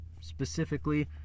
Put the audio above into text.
specifically